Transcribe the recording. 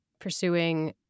pursuing